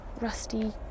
rusty